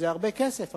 זה הרבה כסף,